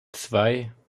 zwei